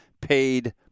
paid